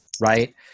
right